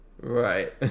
Right